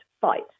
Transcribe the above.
fight